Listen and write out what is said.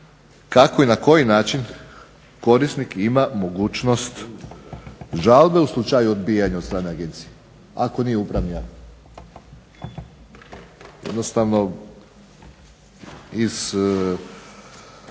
kako i na koji način korisnik ima mogućnost žalbe u slučaju odbijanja od strane agencije, ako nije upravni akt? Jednostavno iz